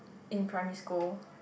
in primary school